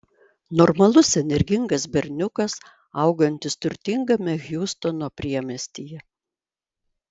normalus energingas berniukas augantis turtingame hjustono priemiestyje